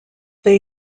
they